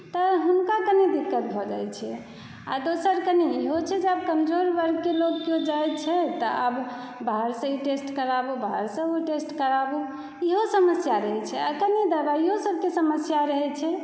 तऽ हुनका कनि दिक्कत भऽ जाइ छै आ दोसर कनि इहो छै जे आब कमजोर वर्गके लोक केओ जाइ छै तऽ आब बाहरसँ ई टेस्ट कराबु बाहरसँ ओ टेस्ट कराबु इहो समस्या रहै छै कनि दवाइओ सभके समस्या रहै छै